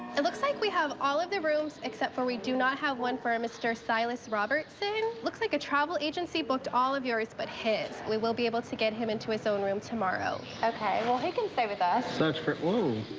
it looks like we have all of the rooms except for we do not have one for mr. silas robertson. looks like a travel agency booked all of yours but his. we will be able to get him into his own room tomorrow. okay. well, he can stay with us. sucks for whoa.